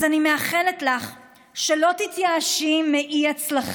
אז אני מאחלת לך שלא תתייאשי מאי-הצלחה.